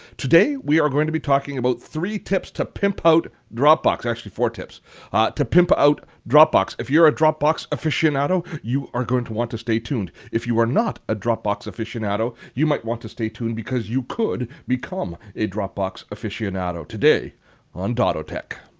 today, we are going to be talking about three tips to pimp out dropbox, actually four tips ah to pimp out dropbox. if you're a dropbox aficionado, you are going to want to stay tuned. if you are not a dropbox aficionado, you might want to stay tuned because you could become a dropbox aficionado today on dottotech.